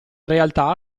realtà